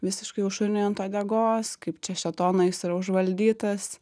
visiškai jau šuniui ant uodegos kaip čia šėtono jis yra užvaldytas